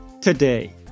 today